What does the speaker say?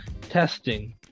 Testing